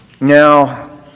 Now